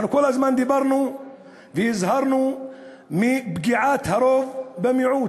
אנחנו כל הזמן דיברנו והזהרנו מפגיעת הרוב במיעוט.